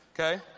Okay